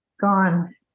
gone